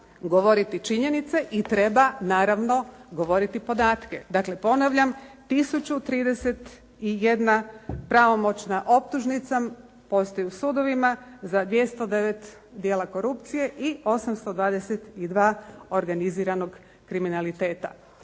govoriti činjenice i treba naravno govoriti podatke. Dakle, ponavljam. 1031 pravomoćna optužnica postoji u sudovima za 209 djela korupcije i 822 organiziranog kriminaliteta.